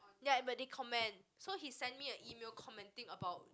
ya but they comment so he send me a email commenting about